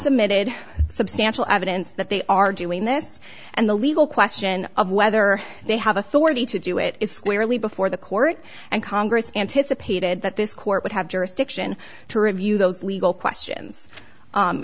submitted substantial evidence that they are doing this and the legal question of whether they have authority to do it is squarely before the court and congress anticipated that this court would have jurisdiction to review those legal questions